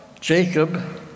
Jacob